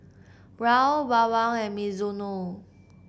Raoul Bawang and Mizuno